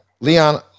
Leon